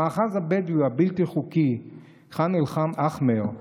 המאחז הבדואי הבלתי-חוקי ח'אן אל-אחמר,